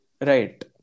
Right